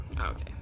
Okay